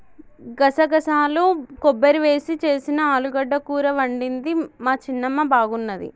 గసగసాలు కొబ్బరి వేసి చేసిన ఆలుగడ్డ కూర వండింది మా చిన్నమ్మ బాగున్నది